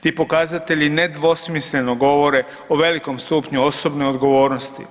Ti pokazatelji nedvosmisleno govore o velikom stupnju osobne odgovornosti